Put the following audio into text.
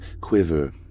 quiver